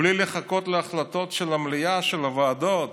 בלי לחכות להחלטות של המליאה, של הוועדות,